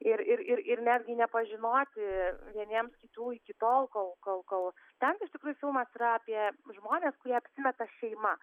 ir ir ir ir netgi nepažinoti vieniems kitų iki tol kol kol kol ten tai iš tikrųjų filmas yra apie žmones kurie apsimeta šeima